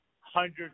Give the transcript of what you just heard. hundreds